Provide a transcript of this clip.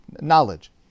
knowledge